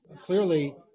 Clearly